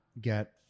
get